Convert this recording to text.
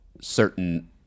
certain